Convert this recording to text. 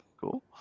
Cool